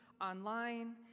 online